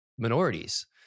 Minorities